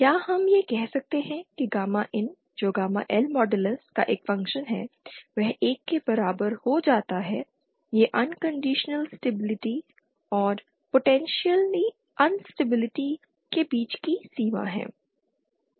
तो क्या हम यह कह सकते हैं कि गामा IN जो गामा L मॉडलस का एक फंक्शन है वह 1 के बराबर हो जाता है यह अनकंडीशनल स्टेबिलिटी और पोटेंशियल अनस्टेबिलिटी के बीच की सीमा है